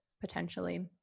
potentially